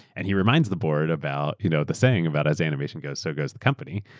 and he reminds the board about you know the saying about as animation goes, so goes the company,